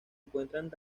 encuentran